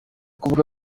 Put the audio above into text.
kuvuga